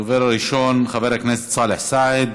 הדובר הראשון, חבר הכנסת סאלח סעד.